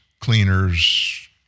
cleaners